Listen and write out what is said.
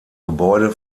gebäude